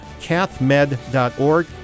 cathmed.org